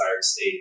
state